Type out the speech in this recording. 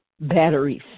batteries